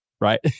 right